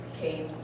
came